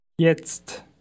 Jetzt